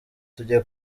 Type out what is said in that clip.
tugiye